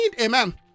amen